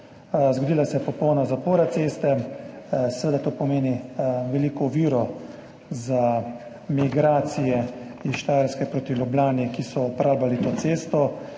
Zgodila se je popolna zapora ceste. Seveda to pomeni veliko oviro za migracije iz Štajerske proti Ljubljani, ki uporabljajo to cesto,